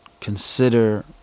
consider